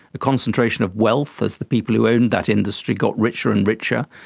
a concentration of wealth as the people who owned that industry got richer and richer,